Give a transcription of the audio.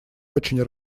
очень